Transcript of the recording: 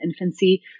infancy